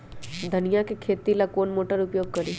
धनिया के खेती ला कौन मोटर उपयोग करी?